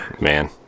Man